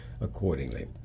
accordingly